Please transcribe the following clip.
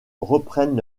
reprennent